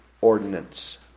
ordinance